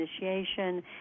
initiation